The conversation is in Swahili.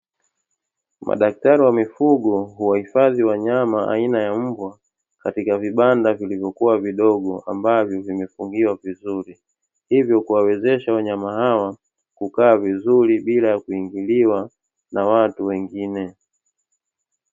Madaktari wa mifugo huwahifadhi wanyama aina ya mbwa, katika vibanda vilivyokua vidogo, ambavyo vimefungiwa vizuri. Hivyo kuwawezesha wanyama hawa kukaa vizuri bila kuingiliwa na watu wengine.